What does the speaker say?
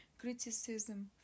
criticism